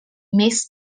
més